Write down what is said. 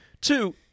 two